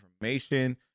information